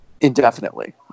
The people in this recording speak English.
indefinitely